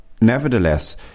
nevertheless